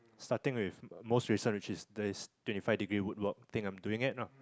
starting with most recent which is this twenty five degree woodwork thing I'm doing at lah